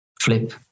flip